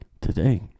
today